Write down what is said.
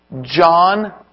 John